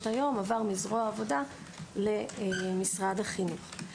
היום עבר מזרוע העבודה למשרד החינוך.